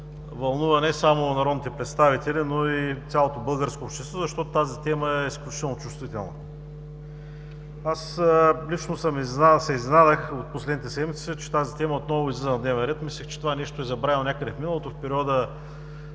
вълнува не само народните представители, но и цялото българско общество, защото тази тема е изключително чувствителна. Аз лично се изненадах от последните седмици, че тази тема отново излиза на дневен ред, мислех, че това нещо е забравено някъде в миналото, в периода